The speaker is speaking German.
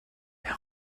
mehr